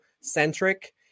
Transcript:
centric